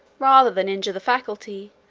rather than injure the faculty,